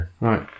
Right